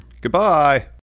goodbye